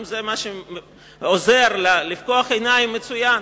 אם זה מה שעוזר לפקוח עיניים, מצוין.